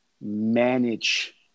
manage